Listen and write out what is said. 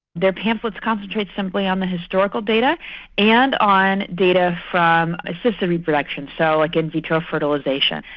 their pamphlets concentrate simply on the historical data and on data from assisted reproduction, so like in vitro fertilisation,